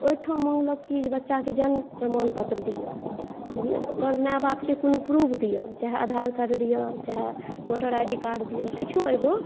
तऽ ओहिठाम माँगलक की बच्चाके जन्म प्रमाण पत्र दियौ ओकर माय बापके कोनो प्रूफ दिअ चाहे आधार कार्ड दिअ चाहे वोटर आइ डी कार्ड दिअ किछो एगो